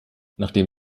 nachdem